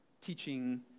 teaching